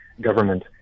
government